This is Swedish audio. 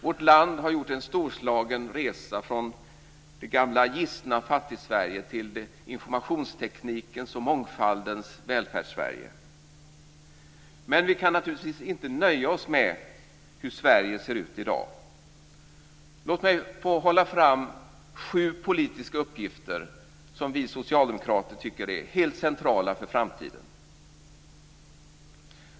Vårt land har gjort en storslagen resa från det gamla gistna Fattigsverige till informationsteknikens och mångfaldens Välfärdssverige. Men vi kan naturligtvis inte nöja oss med hur Sverige ser ut i dag. Låt mig hålla fram sju politiska uppgifter som vi socialdemokrater tycker är helt centrala för framtiden.